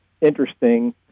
interesting